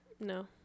no